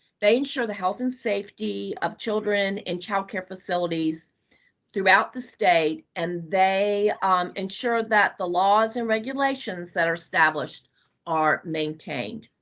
they ensure the health and safety of children and child care facilities throughout the state. and they um ensure that the laws and regulations that are established are maintained.